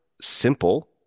simple